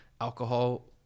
alcohol